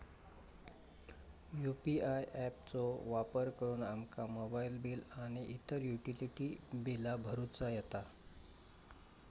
UPI app चो वापर करुन आमका मोबाईल बिल आणि इतर युटिलिटी बिला भरुचा येता